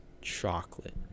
chocolate